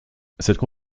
cette